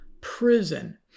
prison